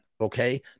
okay